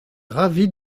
ravie